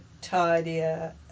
tidier